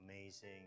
amazing